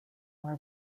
our